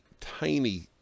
tiny